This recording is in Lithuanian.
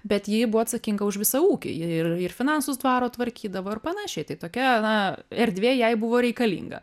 bet ji buvo atsakinga už visą ūkį ir ir finansus dvaro tvarkydavo ir panašiai tai tokia na erdvė jai buvo reikalinga